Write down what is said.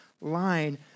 line